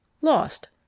lost